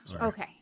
Okay